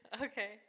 Okay